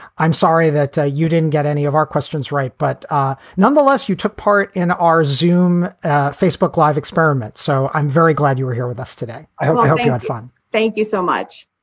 i'm sorry that ah you didn't get any of our questions right. but ah nonetheless, you took part in our xoom facebook live experiment. so i'm very glad you were here with us today. i hope hope you had fun thank you so much